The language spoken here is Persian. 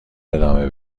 ادامه